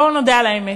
בואו נודה על האמת,